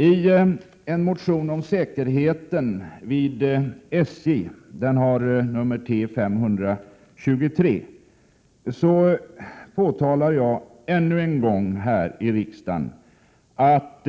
I en motion om säkerheten vid SJ — med nummer T523 — påtalar jag ännu en gång här i riksdagen att